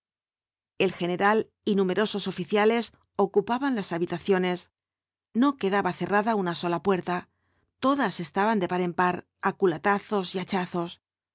el general y numerosos oficiales ocupaban las habitaciones no quedaba cerrada una sola puerta todas estaban de par en par á culatazos y hachazos